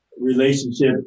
relationship